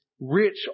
rich